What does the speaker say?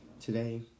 Today